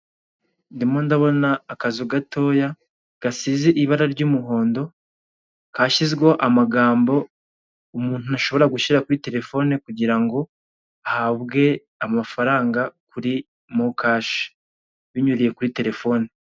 Ndimo ndabona akazu gatoya gasize ibara ry'umuhondo kashyizweho amagambo umuntu ashobora kuri terefone kugira ngo ahabwe amafaranga kuri mo kashi binyuriye kuri terefone.